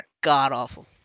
God-awful